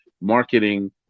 marketing